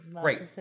great